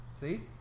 see